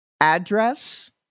address